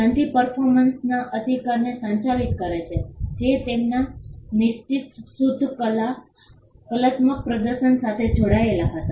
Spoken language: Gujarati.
સંધિ પરફોર્મર્સના અધિકારને સંચાલિત કરે છે જે તેમના નિશ્ચિત શુદ્ધ કલાત્મક પ્રદર્શન સાથે જોડાયેલા હતા